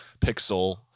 pixel